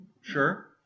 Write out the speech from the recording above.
Sure